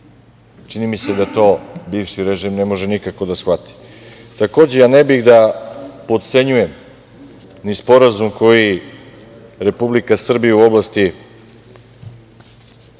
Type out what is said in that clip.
Čini mi se da to bivši režim ne može nikako da shvati. Takođe, ja ne bih da potcenjujem ni Sporazum koji Republika Srbija u oblasti